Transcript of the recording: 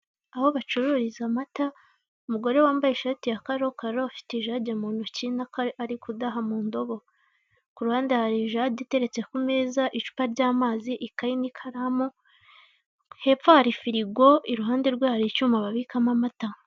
Aho bacururiza amata umugore wambaye ishati ya karokaro ufite ijage mu ntoki ubona ko ari kudaha mu ndobo. Kuruhande hari ijage iteretse ku meza, icupa ry'amazi, ikayi n'ikaramu, hepfo hari firigo iruhande rwe hari icyuma babikamo amata.